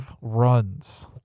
runs